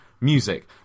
Music